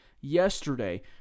yesterday